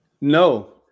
No